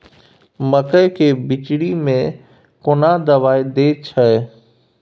मकई के बिचरी में कोन दवाई दे छै?